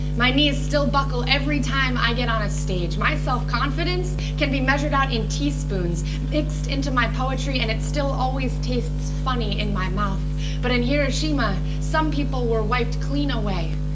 my knees still buckle every time i get on a stage. my self-confidence can be measured out in teaspoons mixed into my poetry, and it still always tastes funny in my mouth but in hiroshima, some people were wiped clean away,